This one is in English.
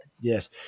Yes